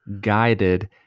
guided